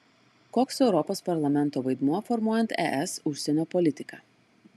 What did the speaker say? koks europos parlamento vaidmuo formuojant es užsienio politiką